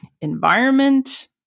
environment